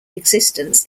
existence